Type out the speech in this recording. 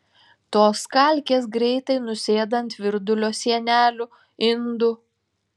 tos kalkės greitai nusėda ant virdulio sienelių indų